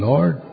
Lord